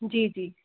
जी जी